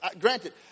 Granted